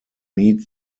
meet